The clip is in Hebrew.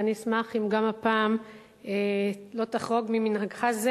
ואני אשמח אם גם הפעם לא תחרוג ממנהגך זה,